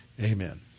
Amen